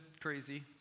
crazy